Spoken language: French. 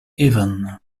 avon